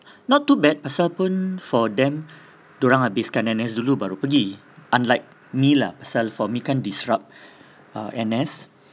not too bad pasal pun for them dorang habiskan N_S dulu baru pergi unlike me lah pasal for me kan disrupt uh N_S